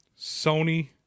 Sony